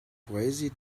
crazy